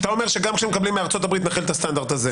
אתה אומר שגם כשהם מקבלים מארצות הברית להחיל את הסטנדרט הזה?